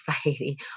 society